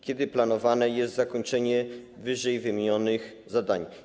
Kiedy planowane jest zakończenie ww. zadań?